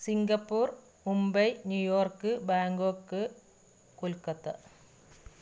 Singapore Mumbai New York Bangkok Kolkata